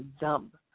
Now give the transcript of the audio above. dump